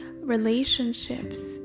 relationships